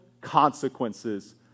consequences